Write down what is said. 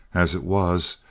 as it was,